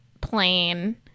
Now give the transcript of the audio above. plain